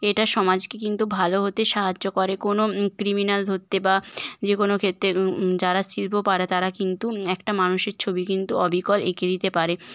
এটা সমাজকে কিন্তু ভালো হতে সাহায্য করে কোনও ক্রিমিনাল ধরতে বা যে কোনও ক্ষেত্রে যারা শিল্প পারে তারা কিন্তু একটা মানুষের ছবি কিন্তু অবিকল এঁকে দিতে পারে